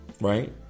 right